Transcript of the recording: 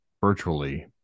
virtually